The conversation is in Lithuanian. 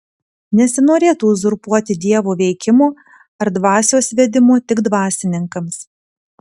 nesinorėtų uzurpuoti dievo veikimo ar dvasios vedimo tik dvasininkams